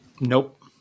Nope